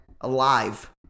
alive